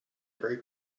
very